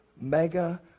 mega